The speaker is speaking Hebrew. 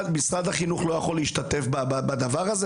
משרד החינוך לא יכול להשתתף בדבר הזה?